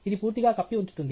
ఇది పూర్తిగా కప్పి ఉంచుతుంది